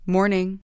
Morning